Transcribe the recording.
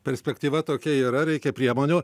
perspektyva tokia yra reikia priemonių